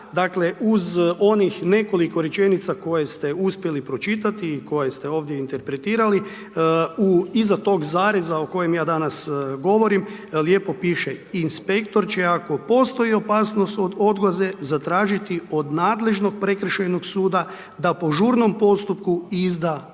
uz onih nekoliko rečenica koje ste uspjeli pročitati i koje ste ovdje interpretirali, iza toga zareza o kojem ja danas govorim, lijepo piše, inspektor će ako postoji opasnost od odgode, zatražiti od nadležnog Prekršajnog postupka da po žurnom postupku izda pisani